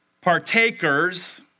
partakers